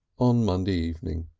on monday evening.